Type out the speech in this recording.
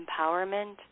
empowerment